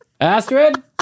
Astrid